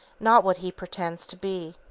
not what he pretends to be.